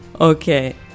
Okay